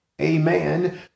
Amen